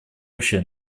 общее